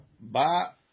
Ba